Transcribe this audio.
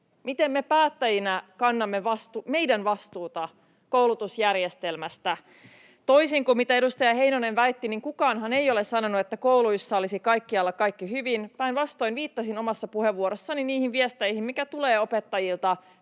miten me päättäjinä kannamme meidän vastuuta koulutusjärjestelmästä. Toisin kuin edustaja Heinonen väitti, kukaanhan ei ole sanonut, että kouluissa olisi kaikkialla kaikki hyvin. Päinvastoin viittasin omassa puheenvuorossani niihin viesteihin, mitä tulee opettajilta